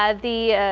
ah the.